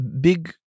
big